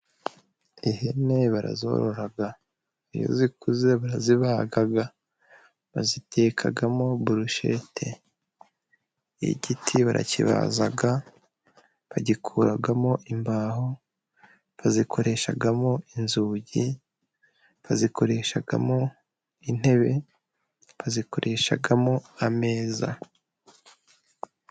Ihene barazorora iyo zikuze barazibaga bazitekamo burushete, igiti barakibaza bagikuramo imbaho bazikoreshamo inzugi, bazikoreshamo intebe ,bazikoreshamo ameza.